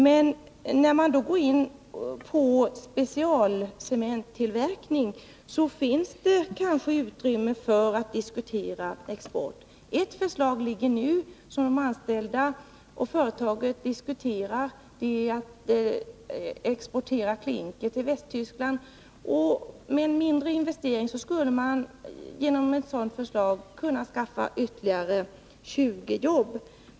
Men när det blir aktuellt med tillverkning av specialcement skapas kanske också utrymme för en diskussion av cementexport. Ett förslag som diskuterats av företaget och de anställda gäller export av klinker till Västtyskland. En mindre investering i linje med detta förslag skulle kunna skapa ytterligare 20 jobb.